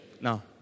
Now